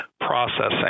processing